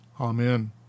Amen